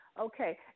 Okay